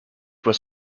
was